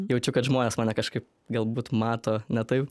jaučiu kad žmonės mane kažkaip galbūt mato ne taip